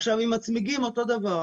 עכשיו, עם הצמיגים אותו דבר.